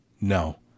No